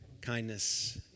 Kindness